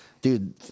dude